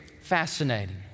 fascinating